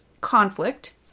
conflict